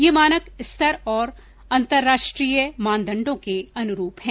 यह मानक स्तर और अन्तर्राष्ट्रीय मानदंडों के अनुरूप है